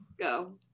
Go